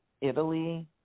Italy